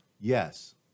Yes